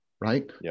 right